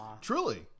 Truly